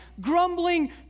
grumbling